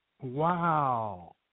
Wow